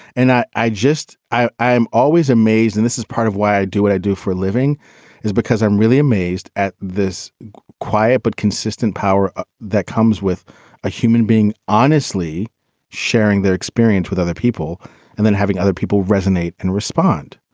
and i i just i'm always amazed. and this is part of why i do what i do for a living is because i'm really amazed at this quiet but consistent power that comes with a human being honestly sharing their experience with other people and then having. other people resonate and respond.